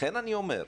לכן אני אומר,